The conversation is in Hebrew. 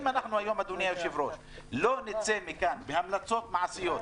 אם היום לא נצא מכאן עם המלצות מעשיות,